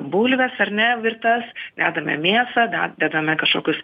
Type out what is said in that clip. bulves ar ne virtas dedame mėsą da dedame kažkokius